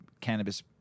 cannabis